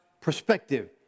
perspective